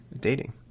dating